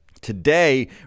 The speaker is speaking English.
today